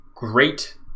great